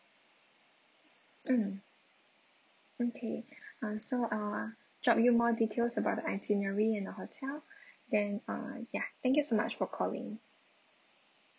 mm okay uh so I will drop you more details about the itinerary and the hotel then uh ya thank you so much for calling